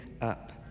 up